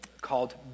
called